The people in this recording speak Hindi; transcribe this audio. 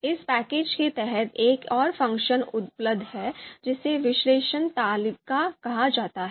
इस पैकेज के तहत एक और फ़ंक्शन उपलब्ध है जिसे विश्लेषण तालिका कहा जाता है